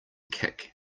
kick